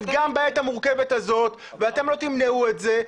גם בעת המורכבת הזאת ואתם לא תמנעו את זה.